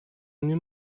mnie